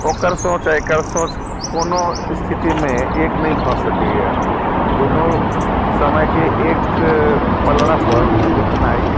ओकर सोच आ एकर सोच कोनो स्थितिमे एक नहि भए सकैया दुनू समयके एक पलड़ा पर जोखनाइ